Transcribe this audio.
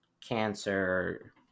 cancer